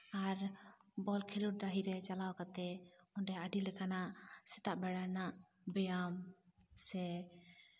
ᱟᱨ ball ᱠᱷᱮᱞᱚᱰ ᱰᱟᱹᱦᱤᱨᱮ ᱪᱟᱞᱟᱣ ᱠᱟᱛᱮ ᱚᱸᱰᱮ ᱟᱹᱰᱤ ᱞᱮᱠᱟᱱᱟᱜ ᱥᱮᱛᱟ ᱵᱮᱲᱟ ᱨᱮᱱᱟᱜ ᱵᱮᱭᱟᱢ ᱥᱮ